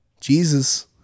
Jesus